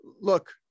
look